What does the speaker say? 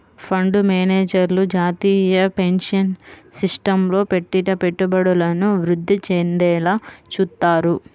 fund మేనేజర్లు జాతీయ pension సిస్టమ్లో పెట్టిన పెట్టుబడులను వృద్ధి చెందేలా చూత్తారు